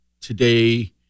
today